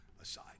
aside